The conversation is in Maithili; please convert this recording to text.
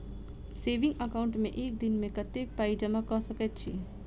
सेविंग एकाउन्ट मे एक दिनमे कतेक पाई जमा कऽ सकैत छी?